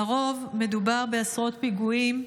לרוב מדובר בעשרות פיגועים,